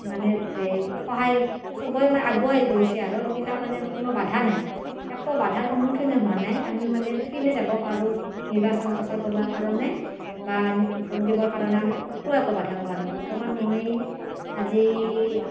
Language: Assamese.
মানে এই সহায় চবেই মানে আগুৱাই গৈছে আৰু এইবিলাক মানে কোনো বাধা নাই একো বাধাৰ সন্মুখীনে হোৱা নাই আমি মানে ফ্ৰীলি যাব পাৰোঁ নিৰ্বাচন প্ৰচাৰ কৰাৰ কাৰণে বা ভোট দিবৰ কাৰণে আমি ক'তোৱে একো বাধা পোৱা নাই বৰ্তমান মই আজি